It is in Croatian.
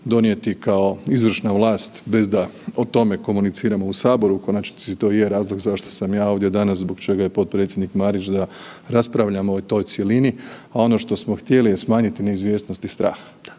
donijeti kao izvršna vlast bez da o tome komuniciramo u Saboru u konačnici to i je razlog zašto sam ja ovdje danas, zbog čega je potpredsjednik Marić da raspravljamo o toj cjelini. A ono što smo htjeli je smanjiti neizvjesnost i strah,